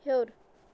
ہیوٚر